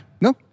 No